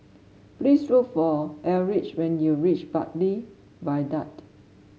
please look for Eldridge when you reach Bartley Viaduct